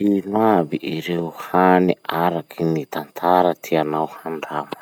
Ino aby ireo hany araky ny tantara tianao handrama?